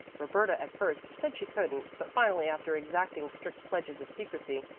roberta at first said she couldn't, but finally, after exacting strict pledges of secrecy,